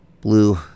Blue